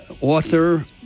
author